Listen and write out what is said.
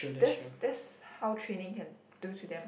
that's that's how training can do to them